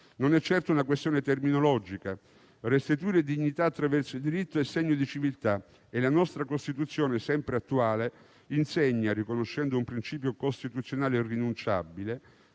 Non è certo una questione terminologica: restituire dignità attraverso il diritto è segno di civiltà e la nostra Costituzione, sempre attuale, insegna, riconoscendo un principio costituzionale irrinunciabile,